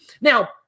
Now